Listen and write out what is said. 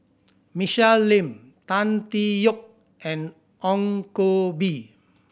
Michelle Lim Tan Tee Yoke and Ong Koh Bee